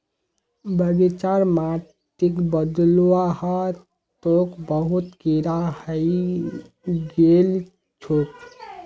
बगीचार माटिक बदलवा ह तोक बहुत कीरा हइ गेल छोक